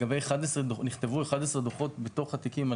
נכתבו 11 דוחות בתוך התיקים,